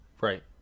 right